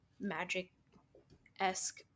magic-esque